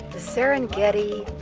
the serengeti